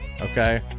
Okay